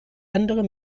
andere